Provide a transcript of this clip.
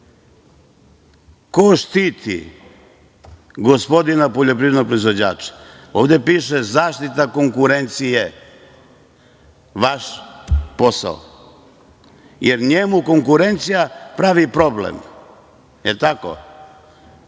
štiti gospodina poljoprivrednog proizvođača? Ovde piše „zaštita konkurencije“. Vaš posao. Jer, njemu konkurencija pravi problem. Je li tako?